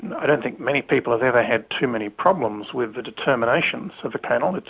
i don't think many people have ever had too many problems with the determinations of the panel,